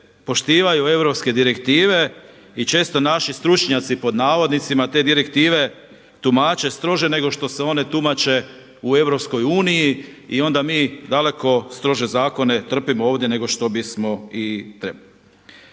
poštivaju europske direktive i često naši stručnjaci pod navodnicima te direktive tumače strože nego što se one tumače u EU. I onda mi daleko strože zakone ovdje trpimo ovdje nego što bismo i trebali.